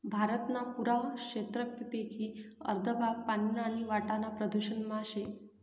भारतना पुरा क्षेत्रपेकी अर्ध भाग पानी आणि वाटाना प्रदूषण मा शे